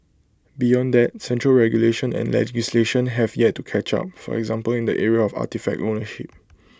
beyond that central regulation and legislation have yet to catch up for example in the area of artefact ownership